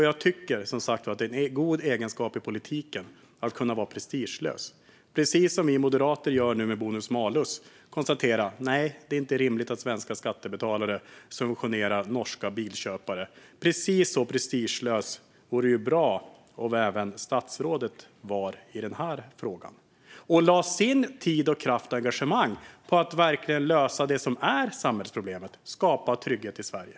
Jag tycker som sagt att det är en god egenskap i politiken att kunna vara prestigelös, precis som vi moderater är med bonus-malus när vi nu konstaterar att det inte är rimligt att svenska skattebetalare subventionerar norska bilköpare. Det vore bra om även statsrådet var precis så prestigelös i den här frågan. Det vore bra om han lade sin tid och kraft och sitt engagemang på att lösa det som verkligen är samhällsproblemet och försökte skapa trygghet i Sverige.